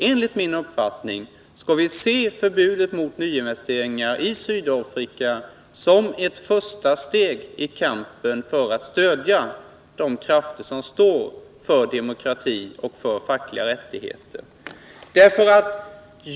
Enligt min uppfattning skall vi se förbudet mot nyinvesteringar i Sydafrika som ett första steg i kampen för att stödja de krafter som står för demokrati och fackliga rättigheter.